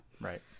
Right